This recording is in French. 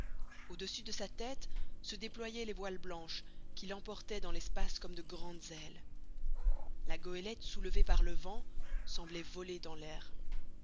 au-dessus de sa tête se déployaient les voiles blanches qui l'emportaient dans l'espace comme de grandes ailes la goélette soulevée par le vent semblait voler dans l'air